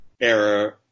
era –